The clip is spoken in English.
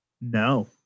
No